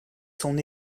son